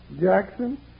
Jackson